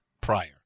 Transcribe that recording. prior